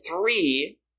three